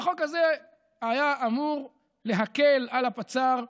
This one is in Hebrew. והחוק הזה היה אמור להקל על הפצ"ר,